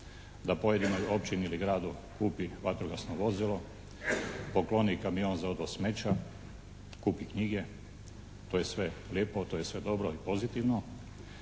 da pojedinoj općini ili gradu kupi vatrogasno vozilo, pokloni kamion za odvoz smeća, kupi knjige, to je sve lijepo, to je sve dobro i pozitivno,